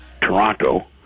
Toronto